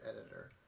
editor